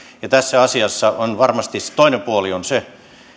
tässä asiassa varmasti se toinen puoli on se